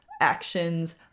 actions